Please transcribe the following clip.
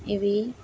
ఇవి